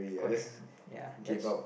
quite an ya that's